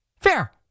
Fair